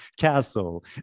castle